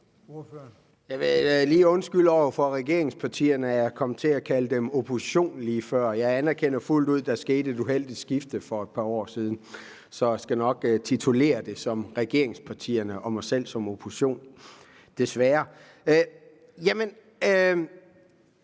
Jeg vil lige undskylde over for regeringspartierne, at jeg kom til at kalde dem opposition lige før. Jeg anerkender fuldt ud, at der skete et uheldigt skifte for et par år siden, så jeg skal nok titulere dem som regeringspartierne og mig selv som opposition, desværre. Vi